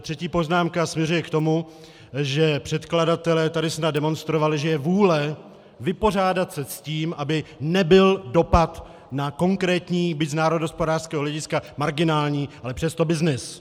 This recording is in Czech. Třetí poznámka směřuje k tomu, že předkladatelé tady snad demonstrovali, že je vůle vypořádat se s tím, aby nebyl dopad na konkrétní, byť z národohospodářského hlediska marginální, ale přesto byznys.